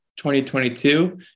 2022